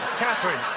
katherine,